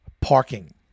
parking